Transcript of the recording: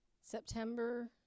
September